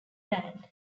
band